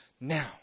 now